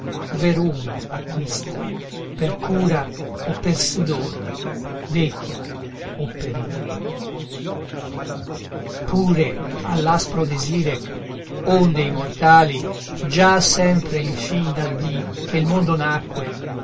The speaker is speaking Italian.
veruno acquista per cura o per sudor vegghia o periglio pure all'aspro desire onde i mortali già sempre infin dal dì che il mondo nacque